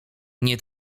nie